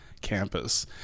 campus